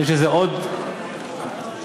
יש עוד עדוֹת,